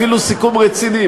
אפילו סיכום רציני,